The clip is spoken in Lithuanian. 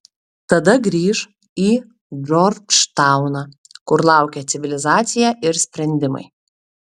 tada grįš į džordžtauną kur laukė civilizacija ir sprendimai